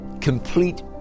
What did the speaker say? Complete